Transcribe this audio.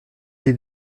est